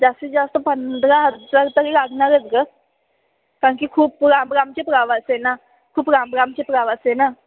जास्तीत जास्त पंधरा हजार तरी लागणारच गं कारण की खूप लांबलांबचे प्रवास आहे ना खूप लांबलांबचे प्रवास आहे ना